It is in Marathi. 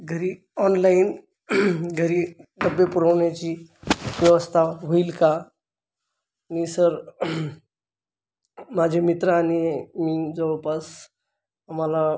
घरी ऑनलाईन घरी डब्बे पुरवण्याची व्यवस्था होईल का आणि सर माझे मित्र आणि मी जवळपास मला